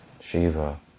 Shiva